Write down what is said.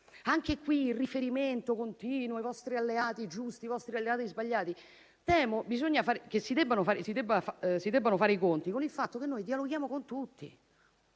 Anche qui il riferimento continuo ai nostri alleati giusti, ai nostri alleati sbagliati, temo che si debba tener conto del fatto che noi dialoghiamo con tutti,